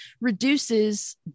reduces